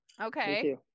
Okay